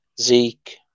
Zeke